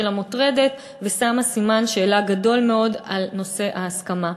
המוטרדת ושמה סימן שאלה גדול מאוד על נושא ההסכמה.